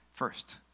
First